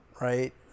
right